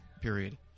period